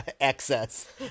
excess